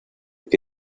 que